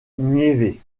niévès